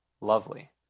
lovely